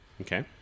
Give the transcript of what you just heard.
Okay